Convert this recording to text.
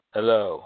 Hello